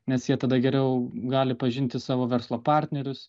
nes jie tada geriau gali pažinti savo verslo partnerius